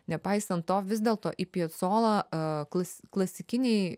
nepaisant to vis dėlto į piacolą a klas klasikiniai